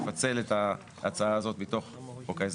לפצל את ההצעה הזאת מתוך חוק ההסדרים.